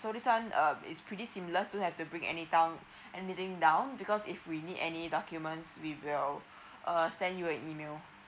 so this one uh is pretty similar don't have to bring any down anything down because if we need any documents we will uh send you an email